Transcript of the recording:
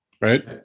right